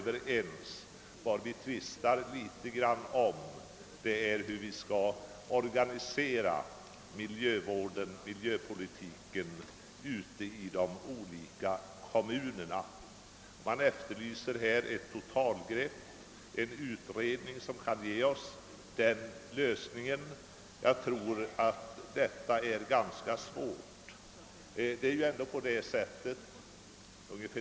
Vad vi diskuterar är hur miljövården eller miljöpolitiken bör organiseras i de olika kommunerna, och ett totalgrepp, en utredning som kan lösa den frågan efterlyses av motionärerna.